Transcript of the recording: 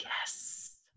yes